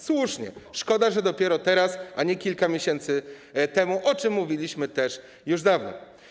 Słusznie, szkoda, że dopiero teraz, a nie kilka miesięcy temu, o czym mówiliśmy już dawno.